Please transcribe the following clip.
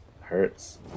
Hurts